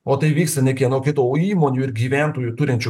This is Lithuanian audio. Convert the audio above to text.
o tai vyksta ne kieno kito o įmonių ir gyventojų turinčių